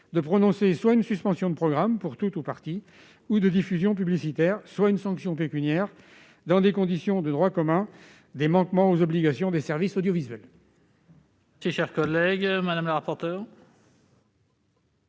de prononcer soit une suspension de programme partielle ou totale ou de diffusion publicitaire, soit une sanction pécuniaire, dans les conditions du droit commun des manquements aux obligations des services audiovisuels. Quel est l'avis de la commission